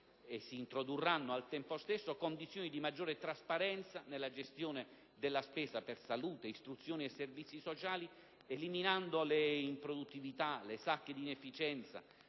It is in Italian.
e si introdurranno al tempo stesso condizioni di maggiore trasparenza nella gestione della spesa per salute, istruzione e servizi sociali, eliminando le improduttività, le sacche di inefficienza,